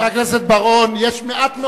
ראש הממשלה צריך להיות קשוב,